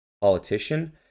Politician